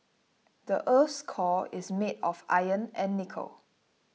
the earth's core is made of iron and nickel